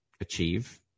achieve